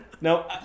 No